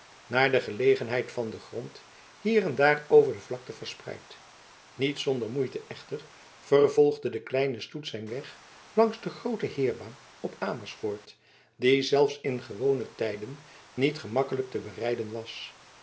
naar de gelegenheid van den grond hier en daar over de vlakte verspreid niet zonder moeite echter vervolgde de kleine stoet zijn weg langs de groote heirbaan op amersfoort die zelfs in gewone tijden niet gemakkelijk te berijden was